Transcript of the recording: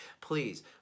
please